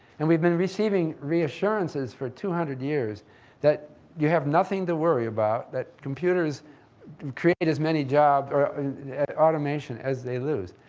and we've been receiving reassurances for two hundred years that you have nothing to worry about, that computers create as many jobs, or automation, as they lose.